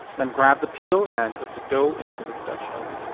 then grab the peel and put the dough into the dutch oven.